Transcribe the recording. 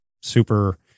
super